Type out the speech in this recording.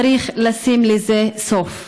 צריך לשים לזה סוף.